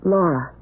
Laura